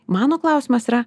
mano klausimas yra